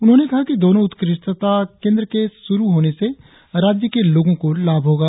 उन्होंने कहा कि दोनो उत्कृष्टता केंद्र के शुरु होने से राज्य के लोगो को लाभ होगा